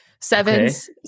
Sevens